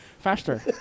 faster